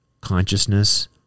consciousness